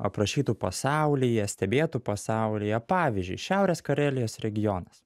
aprašytų pasaulyje stebėtų pasaulyje pavyzdžiui šiaurės karelijos regionas